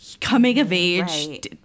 coming-of-age